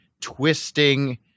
twisting